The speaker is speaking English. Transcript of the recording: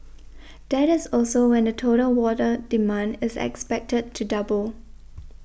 that is also when the total water demand is expected to double